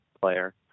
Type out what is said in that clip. player